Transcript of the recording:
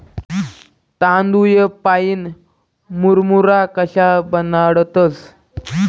तांदूय पाईन मुरमुरा कशा बनाडतंस?